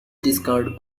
discovered